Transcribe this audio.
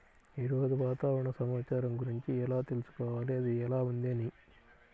ఈరోజు వాతావరణ సమాచారం గురించి ఎలా తెలుసుకోవాలి అది ఎలా ఉంది అని?